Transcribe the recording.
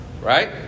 Right